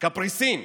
קפריסין,